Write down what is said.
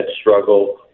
struggle